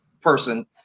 person